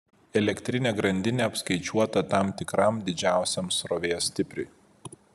elektrinė grandinė apskaičiuota tam tikram didžiausiam srovės stipriui